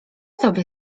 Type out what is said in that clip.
tobie